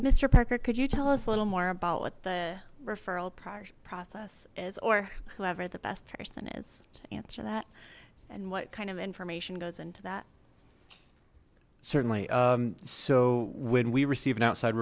mister parker could you tell us a little more about what the referral process is or whoever the best person is to answer that and what kind of information goes into that certainly so when we receive an outside